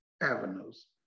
avenues